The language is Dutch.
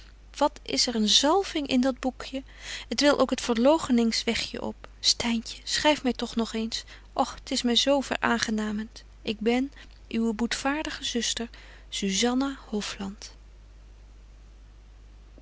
wat is er een zalving in dat boekje het wil ook t verloochnings wegje op styntje schryf my toch nog eens och t is my zo veraangenament ik ben uwe boetvaardige zuster